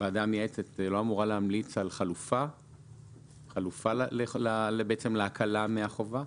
הוועדה המייעצת לא צריכה להמליץ על חלופה להקלה מהחובה?